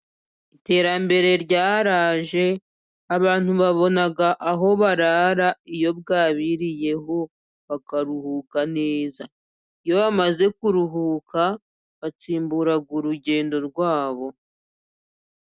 Iterambere ryaraje abantu babona aho barara iyo bwabiriyeho bakaruhuka neza, iyo bamaze kuruhuka batsimbura urugendo rwabo.